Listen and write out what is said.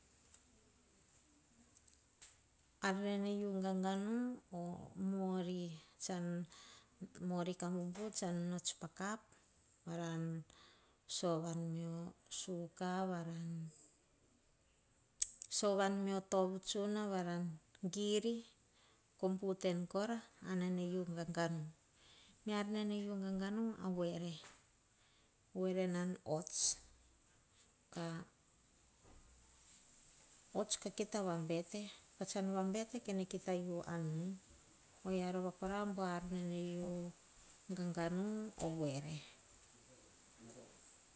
Ar nene u gaga nu, o mori. Mori ka bubu tsan pots pa kap, varam savon mio suka, varan sovan mio tov tsuna, varan giri ko buten kora, ar nene u gaga nu. miar, nene u gaganu, a voere. voere nan ots, ka ots, ka kita vabete, pa tsan va bete, kene kita u an nu. oyia rova kora nene u gaganu ovoere